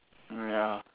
mm ya